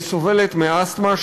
סובלת מאסתמה,